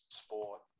sport